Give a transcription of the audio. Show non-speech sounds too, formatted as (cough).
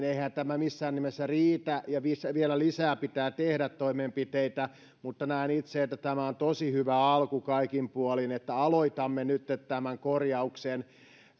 (unintelligible) eihän tämä missään nimessä riitä opiskelijoiden eikä vähävaraisten perheidenkään osalta vaan vielä lisää pitää tehdä toimenpiteitä mutta näen itse että tämä on tosi hyvä alku kaikin puolin että aloitamme nytten tämän korjauksen